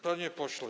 Panie Pośle!